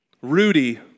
Rudy